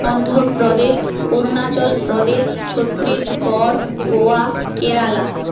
Andhra Pradesh Arunachal Pradesh Chhattisgarh Goa Kerala